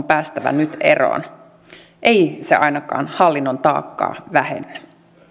päästävä nyt eroon ei se ainakaan hallinnon taakkaa vähennä